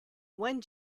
one